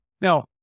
Now